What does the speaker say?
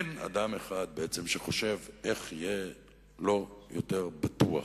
אין אדם אחד שחושב איך יהיה לו יותר בטוח,